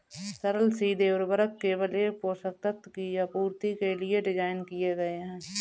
सरल सीधे उर्वरक केवल एक पोषक तत्व की आपूर्ति के लिए डिज़ाइन किए गए है